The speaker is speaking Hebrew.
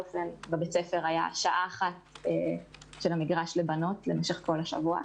בבית הספר הייתה לי שעה אחת של מגרש לבנות במשך כל השבוע,